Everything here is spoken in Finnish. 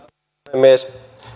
puhemies